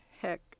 heck